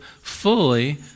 fully